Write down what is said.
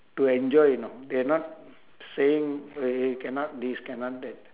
to enjoy you know they're not saying uh cannot this cannot that